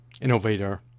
innovator